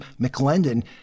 McLendon